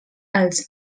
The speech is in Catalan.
els